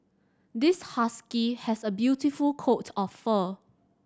this husky has a beautiful coat of fur